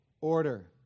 order